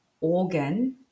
organ